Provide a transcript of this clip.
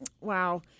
Wow